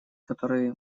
который